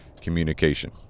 communication